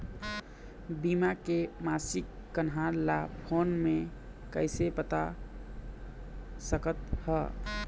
बीमा के मासिक कन्हार ला फ़ोन मे कइसे पता सकत ह?